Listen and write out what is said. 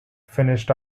finished